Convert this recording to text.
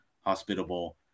hospitable